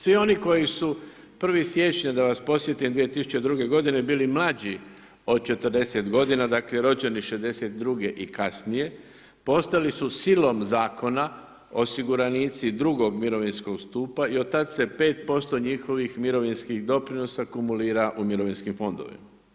Svi oni koji su 1.siječnja da vas podsjetim 2002. godine bili mlađi od 40 godina, dakle rođeni '62. i kasnije postali su silom zakona osiguranici drugog mirovinskog stupa i od tada se 5% njihovih mirovinskih doprinosa kumulira u mirovinskim fondovima.